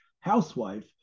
housewife